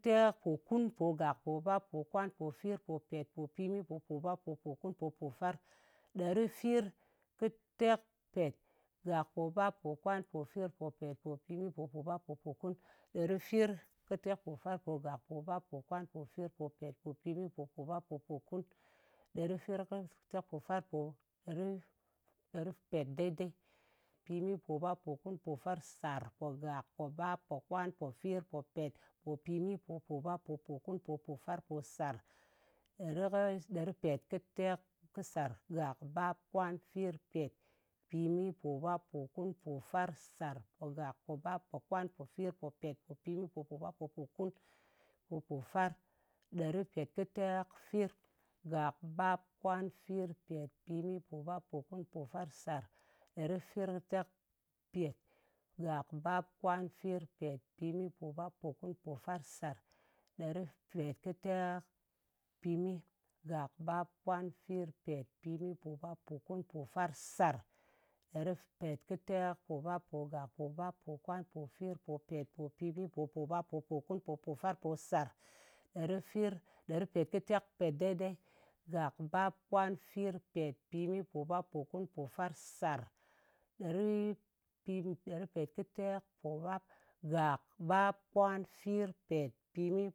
Tekpokunpogak, pobap, pokwan, pofir, popet, popimi, popobap, popokun, popofar, ɗerifirkɨtekpet. pogak, pobap, pokwan, pofir, popet, popimi, popobap, popokun, popofar, ɗerifirkɨtekpofarpogak, pogak, pobap, pokwan, pofir, popet, popimi, popobap, popokun, popofar, ɗerifirkɨtekpofarpo ɗeripet, dedei. Popimi, popobap, popokun, popofar, sar, pogak, pobap, pokwan, pofir, popet, popimi, popobab, popokun, popofar, posar. Ɗeri kɨ, ɗeripetkɨsar, gàk, bap, kwan, fir, pet, pimi, pobap, pokun, pofar, sar, pogak, pobap, pokwan, pofir, popet, popimi, popobap, popokun, pofar, ɗeripetkɨtekfir. Gak, bap, kwan, fir, pet, pimi, pobap, pokun, pofar, sar. Ɗwerifirkɨtekpet. Gàk, bap, kwan, fir, pet, pimi, pobap, pokun, pofar, sar. Ɗeripetkɨtekpimi. Gàk, bap, kwan, fir, pet, pimi, pobap, pokun, pofar, sar. Ɗeripetkɨtekpobap, pogàk, pobap, pokwan, pofir, popet, popimi, popobap, popokun, popofar, posar. Ɗerifir, ɗeripet dedei. Gak pap, kwan, fir, pet, pimi, pobap, pokun, pofar, sar. Ɗerii, kɨpi, ɗeripetkɨtekpobap. Gak, bap, kwan fir, pet, pimi.